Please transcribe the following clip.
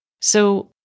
So-